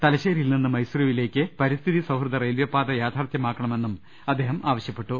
തലശ്ശേരിയിൽ നിന്ന് മൈസൂരിലേക്ക് പരിസ്ഥിതി സൌഹൃദ റയിൽവേ പാത യാഥാർഥൃമാക്ക ണമെന്നും എംപി ആവശ്യപ്പെട്ടു